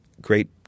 great